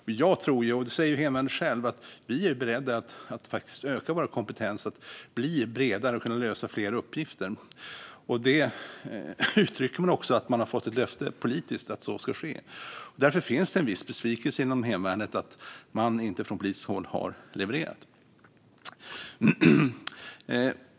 Jag tror att hemvärnet, och det säger man själv, är berett att öka sin kompetens, bli bredare och kunna lösa fler uppgifter. Man uttrycker också att man har fått ett löfte politiskt att så ska ske. Därför finns det en viss besvikelse inom hemvärnet över att man från politiskt håll inte har levererat.